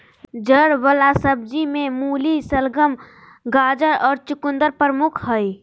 जड़ वला सब्जि में मूली, शलगम, गाजर और चकुंदर प्रमुख हइ